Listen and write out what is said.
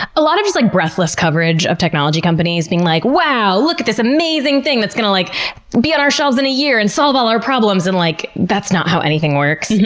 a lot of just, like, breathless coverage of technology companies being like, wow, look at this amazing thing that's gonna like be on our shelves in a year and solve all our problems! and like that's not how anything works,